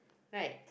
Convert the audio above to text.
right